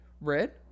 red